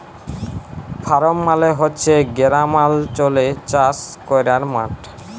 farm মালে হছে গেরামালচলে চাষ ক্যরার মাঠ